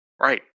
Right